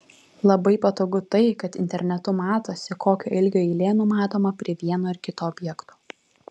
labai patogu tai kad internetu matosi kokio ilgio eilė numatoma prie vieno ar kito objekto